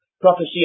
prophecy